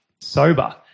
sober